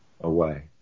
away